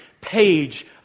page